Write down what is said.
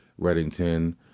reddington